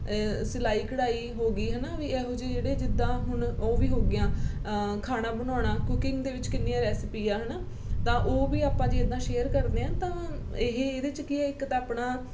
ਸਿਲਾਈ ਕਢਾਈ ਹੋ ਗਈ ਹੈ ਨਾ ਵੀ ਇਹੋ ਜਿਹੇ ਜਿਹੜੇ ਜਿੱਦਾਂ ਹੁਣ ਉਹ ਵੀ ਹੋ ਗਈਆਂ ਖਾਣਾ ਬਣਾਉਣਾ ਕੁਕਿੰਗ ਦੇ ਵਿੱਚ ਕਿੰਨੀਆਂ ਰੈਸਪੀ ਆ ਹੈ ਨਾ ਤਾਂ ਉਹ ਵੀ ਆਪਾਂ ਜੇ ਇੱਦਾਂ ਸ਼ੇਅਰ ਕਰਦੇ ਹਾਂ ਤਾਂ ਇਹ ਇਹਦੇ 'ਚ ਕੀ ਹੈ ਇੱਕ ਤਾਂ ਆਪਣਾ